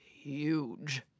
huge